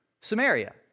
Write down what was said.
Samaria